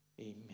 Amen